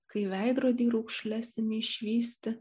kai veidrody raukšles imi išvysti